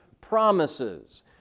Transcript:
promises